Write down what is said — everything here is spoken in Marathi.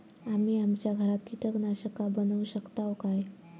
आम्ही आमच्या घरात कीटकनाशका बनवू शकताव काय?